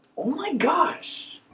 oh, my gosh,